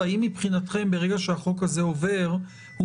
והאם מבחינתכם ברגע שהחוק הזה עובר הוא